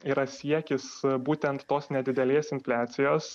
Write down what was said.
yra siekis būtent tos nedidelės infliacijos